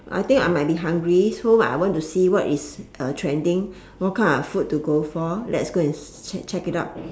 I think I might be hungry so I want to see what is uh trending what kind of food to go for let's go and s~ check it out